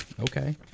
Okay